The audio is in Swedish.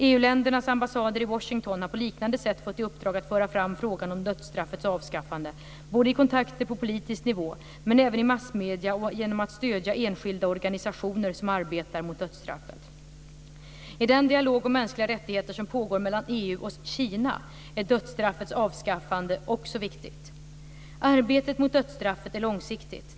EU-ländernas ambassader i Washington har på liknande sätt fått i uppdrag att föra fram frågan om dödsstraffets avskaffande både i kontakter på politisk nivå, men även i massmedier, och genom att stödja enskilda organisationer som arbetar mot dödsstraffet. I den dialog om mänskliga rättigheter som pågår mellan EU och Kina är dödsstraffets avskaffande också viktigt. Arbetet mot dödsstraffet är långsiktigt.